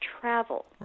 travel